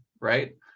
right